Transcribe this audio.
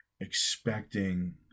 expecting